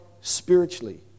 spiritually